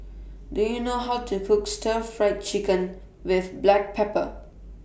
Do YOU know How to Cook Stir Fried Chicken with Black Pepper